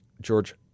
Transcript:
George